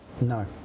No